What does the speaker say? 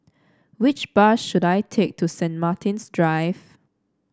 which bus should I take to Saint Martin's Drive